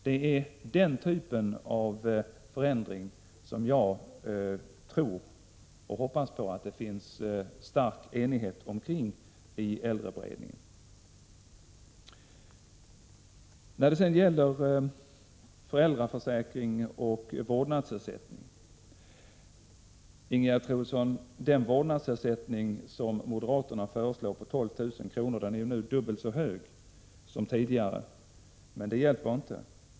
— Det är den typen av förändring som jag tror och hoppas att det finns stark enighet omkring i äldreberedningen. När det sedan gäller föräldraförsäkring och vårdnadsersättning vill jag säga några ord till Ingegerd Troedsson. Den vårdnadsersättning som moderaterna föreslår är nu dubbelt så hög som tidigare, 12 000 kr. Men det hjälper inte.